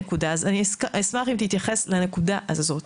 אשמח אם תתייחס לנקודה הזאת.